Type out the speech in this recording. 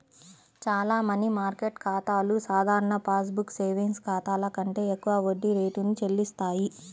చాలా money market ఖాతాలు సాధారణ పాస్ బుక్ సేవింగ్స్ ఖాతాల కంటే ఎక్కువ వడ్డీ రేటును చెల్లిస్తాయి